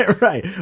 Right